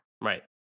Right